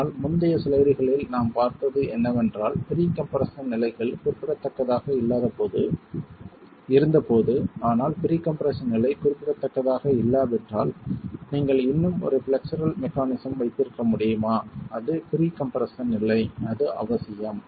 ஆனால் முந்தைய ஸ்லைடுகளில் நாம் பார்த்தது என்னவென்றால் ப்ரீ கம்ப்ரெஸ்ஸன் நிலைகள் குறிப்பிடத்தக்கதாக இருந்தபோது ஆனால் ப்ரீ கம்ப்ரெஸ்ஸன் நிலை குறிப்பிடத்தக்கதாக இல்லாவிட்டால் நீங்கள் இன்னும் ஒரு பிளக்ஸர் மெக்கானிஸம் வைத்திருக்க முடியுமா அது ப்ரீ கம்ப்ரெஸ்ஸன் நிலை அது அவசியம்